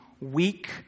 weak